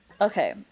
okay